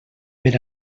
per